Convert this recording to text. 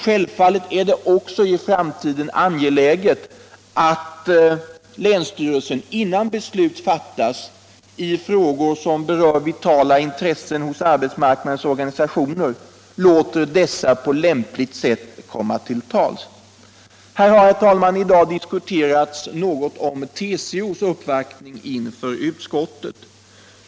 Självfallet är det också angeläget att länsstyrelsen i framtiden, innan beslut fattas i frågor som berör vitala intressen hos arbetsmarknadens organisationer, låter dessa organisationer på lämpligt sätt komma till tals. Här har i dag något diskuterats TCO:s uppvaktning i utskottet.